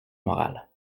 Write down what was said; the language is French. morale